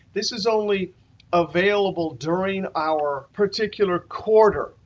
this is only available during our particular quarter.